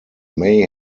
may